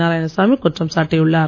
நாராயணசாமி குற்றம் சாட்டியுள்ளார்